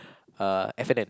uh F and N